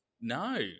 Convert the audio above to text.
No